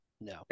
No